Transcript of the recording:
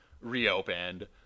reopened